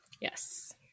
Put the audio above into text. Yes